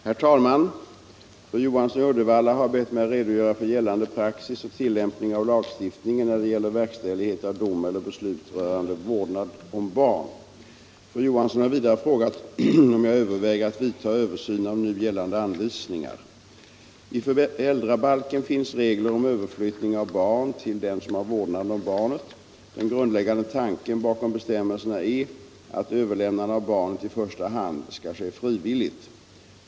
Herr talman! Fru Johansson i Uddevalla har bet mig redogöra för gällande praxis och tillämpning av lagstiftningen när det gäller verkställighet av dom eller beslut rörande vårdnad om barn. Fru Johansson har vidare frågat om jag överväger att vidta översyn av nu gällande anvisningar. I föräldrabalken finns regler om överflyttning av barn till den som har vårdnaden om barnet. Den grundläggande tanken bakom bestämmelserna är att överlämnande av barnet i första hand skall ske frivilligt.